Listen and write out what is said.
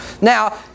now